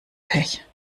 pech